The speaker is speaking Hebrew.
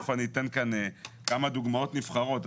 תכף אני אתן כאן כמה דוגמאות נבחרות.